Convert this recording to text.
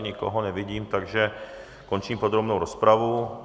Nikoho nevidím, takže končím podrobnou rozpravu.